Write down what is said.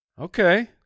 Okay